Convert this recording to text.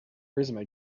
resume